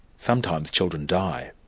sometimes children die.